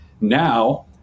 Now